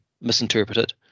misinterpreted